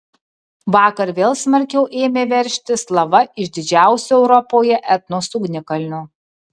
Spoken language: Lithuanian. vakar vėl smarkiau ėmė veržtis lava iš didžiausio europoje etnos ugnikalnio